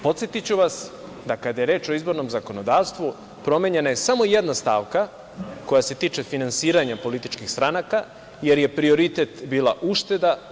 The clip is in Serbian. Podsetiću vas da kada je reč o izbornom zakonodavstvu, promenjena je samo jedna stavka koja se tiče finansiranja političkih stranaka, jer je prioritet bila ušteda.